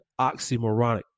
oxymoronic